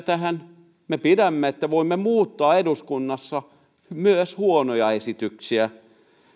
tähän me pidämme siitä että voimme eduskunnassa myös muuttaa huonoja esityksiä